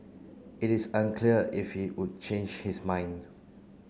it is unclear if he would change his mind